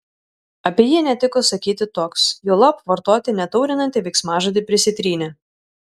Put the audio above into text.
apie jį netiko sakyti toks juolab vartoti netaurinantį veiksmažodį prisitrynė